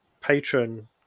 patron